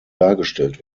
dargestellt